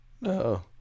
No